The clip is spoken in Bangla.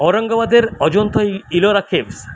ঔরঙ্গাবাদের অজন্তা ই ইলোরা কেভস